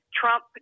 Trump